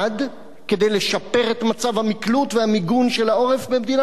כדי לשפר את מצב המקלוט והמיגון של העורף במדינת ישראל?